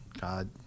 God